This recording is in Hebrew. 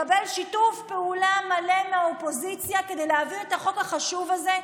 קבל שיתוף פעולה מלא מהאופוזיציה כדי להעביר את החוק החשוב הזה,